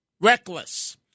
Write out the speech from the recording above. reckless